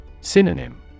Synonym